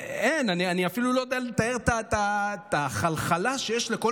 אני אפילו לא יודע לתאר את החלחלה שיש לכל